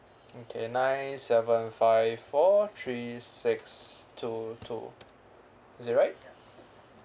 okay nine seven five four three six two two is it right